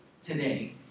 today